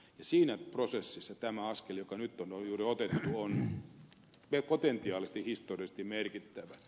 siinä prosessissa tämä askel joka nyt on juuri otettu on potentiaalisesti historiallisesti merkittävä